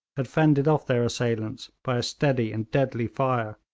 had fended off their assailants by a steady and deadly fire,